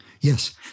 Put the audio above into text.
Yes